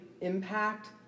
impact